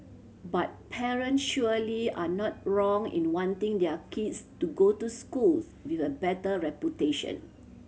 but parent surely are not wrong in wanting their kids to go to schools with a better reputation